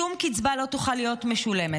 שום קצבה לא תוכל להיות משולמת.